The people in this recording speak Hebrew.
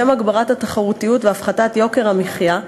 לשם הגברת התחרותיות והפחתת יוקר המחיה,